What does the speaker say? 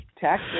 tax